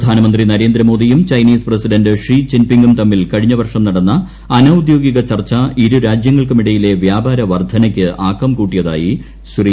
പ്രധാനമന്ത്രി നരേന്ദ്രമോദിയും Chinese president Xi ജിൻ പിങ്ങും തമ്മിൽ കഴിഞ്ഞ വർഷം നടന്ന അനൌദ്യോഗിക ചർച്ച ഇരു രാജ്യങ്ങൾക്കുമിടയിലെ വ്യാപാര വർദ്ധനയ്ക്ക് ആക്കം കൂട്ടിയതായി ശ്രീ